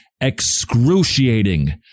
excruciating